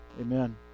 amen